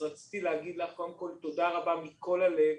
אז רציתי להגיד לך קודם כול תודה רבה מכל הלב